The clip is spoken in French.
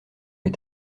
les